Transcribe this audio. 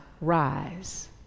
rise